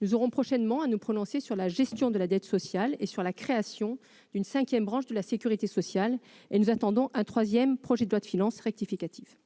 Nous aurons prochainement à nous prononcer sur la gestion de la dette sociale et sur la création d'une cinquième branche de la sécurité sociale, et nous attendons un troisième projet de loi de finances rectificative.